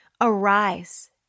arise